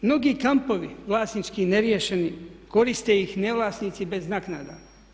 Mnogi kampovi vlasnički neriješeni koriste ih ne vlasnici bez naknada.